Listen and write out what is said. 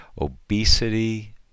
obesity